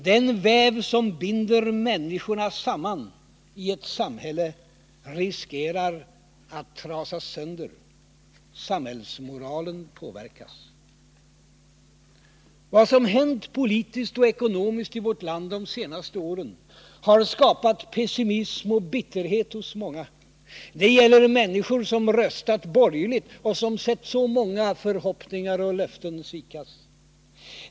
Den väv som binder människorna samman i ett samhälle riskerar att trasas sönder. Samhällsmoralen påverkas. Vad som hänt politiskt och ekonomiskt i vårt land de senaste åren har skapat pessimism och bitterhet hos många. Det gäller människor som röstat borgerligt, och som sett så många förhoppningar och löften svikas.